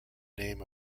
name